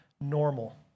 normal